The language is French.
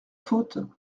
faute